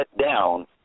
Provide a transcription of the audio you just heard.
down